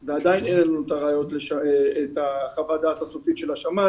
ועדיין אין לנו את חוות הדעת הסופית של השמ"ל,